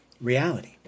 reality